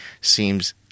seems